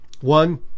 One